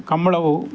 ಕಂಬಳವು